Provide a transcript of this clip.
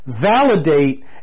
validate